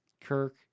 Kirk